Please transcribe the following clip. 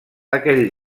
aquell